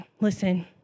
listen